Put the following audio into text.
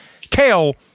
Kale